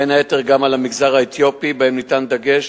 בין היתר גם על המגזר האתיופי, שבהן ניתן דגש